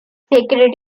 secretary